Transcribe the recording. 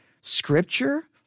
Scripture